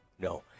no